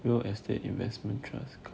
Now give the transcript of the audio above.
real estate investment trust